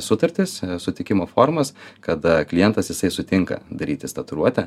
sutartis sutikimo formas kada klientas jisai sutinka darytis tatuiruotę